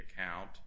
account